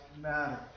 matter